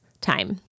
time